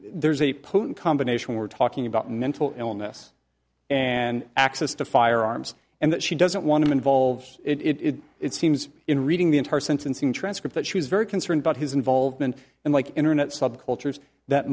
there's a potent combination we're talking about mental illness and access to firearms and that she doesn't want to involve it it seems in reading the entire sentencing transcript that she was very concerned about his involvement and like internet subcultures that